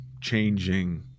changing